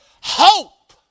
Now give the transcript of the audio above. Hope